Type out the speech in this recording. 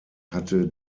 hatte